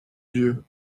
dieu